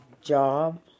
job